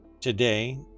today